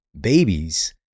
babies